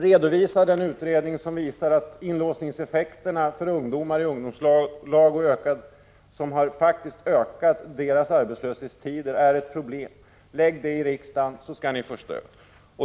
Redovisa den utredning som visar att inlåsningseffekterna för ungdomar i ungdomslag som faktiskt ökat deras arbetslöshetstider är ett problem. Lägg fram det i riksdagen, så skall ni få stöd.